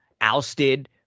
ousted